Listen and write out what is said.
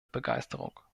begeisterung